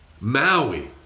Maui